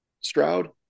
Stroud